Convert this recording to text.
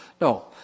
No